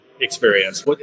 experience